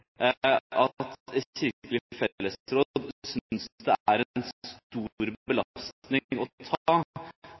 at Kirkelig fellesråd synes det er en stor